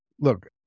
Look